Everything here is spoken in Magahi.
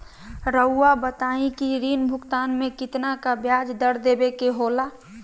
रहुआ बताइं कि ऋण भुगतान में कितना का ब्याज दर देवें के होला?